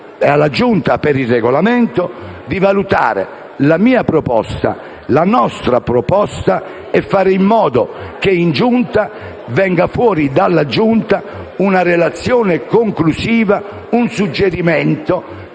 e alla Giunta per il Regolamento di valutare la mia proposta, la nostra proposta, e fare in modo che venga fuori dalla Giunta una relazione conclusiva, un suggerimento,